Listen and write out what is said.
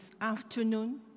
afternoon